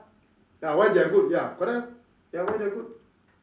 ya why they're good ya correct lor ya why they're good